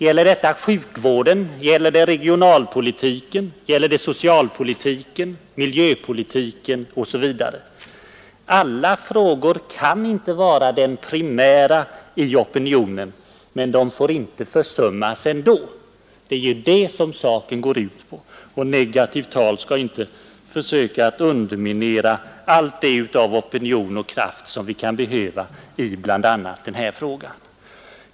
Gäller detta sjukvården, regionalpolitiken, socialpolitiken, miljöpolitiken osv? Alla sådana frågor kan inte vara primära i opinionen, men de får ändå inte försummas. Det är ju det som saken går ut på, och med negativt tal skall man inte försöka underminera allt det av opinion och kraft som kan behövas i bl.a. u-hjälpsfrågan.